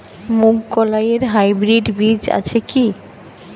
মুগকলাই এর হাইব্রিড বীজ আছে কি?